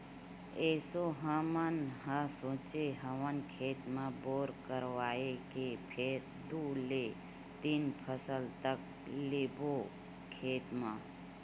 एसो हमन ह सोचे हवन खेत म बोर करवाए के फेर दू ले तीन फसल तक लेबो खेत म